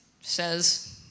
says